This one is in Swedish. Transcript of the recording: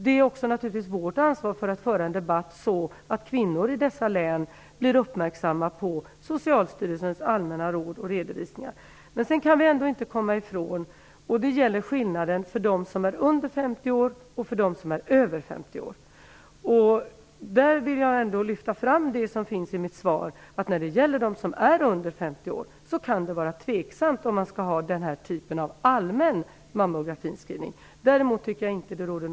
Vi har naturligtvis också ett ansvar att föra debatten så att kvinnor i dessa län blir uppmärksamma på Socialstyrelsens allmänna råd och anvisningar. Sedan kan vi ändå inte komma ifrån skillnaden mellan dem som är under 50 år och dem som är över 50 år. Där vill jag lyfta fram det som finns i mitt var, nämligen att det är tveksamt om man skall ha denna typ av allmän mammografi för dem som är under 50 år.